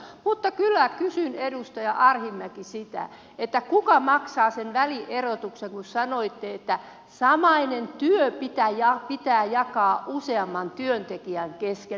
mutta kyllä kysyn edustaja arhinmäki sitä että kuka maksaa sen välierotuksen kun sanoitte että samainen työ pitää jakaa useamman työntekijän kesken